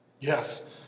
Yes